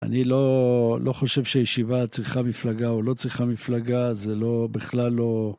אני לא חושב שהישיבה צריכה מפלגה או לא צריכה מפלגה, זה לא, בכלל לא...